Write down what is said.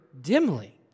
dimly